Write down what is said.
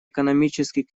экономический